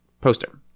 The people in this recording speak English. poster